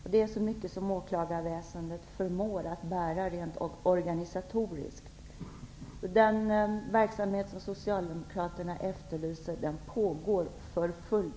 Detta är så mycket som åklagarväsendet förmår att bära rent organisatoriskt. Den verksamhet som Socialdemokraterna efterlyser pågår för fullt.